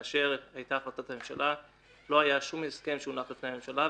כאשר היתה החלטת ממשלה לא היה שום הסכם שהונח לממשלה,